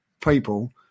people